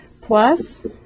Plus